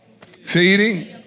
Feeding